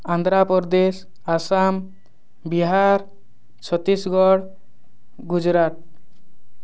Andhra Pradesh Assam Bihar Chhattisgarh Gujarat